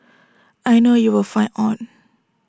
I know you will fight on